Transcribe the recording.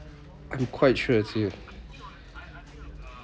I'm quite sure is here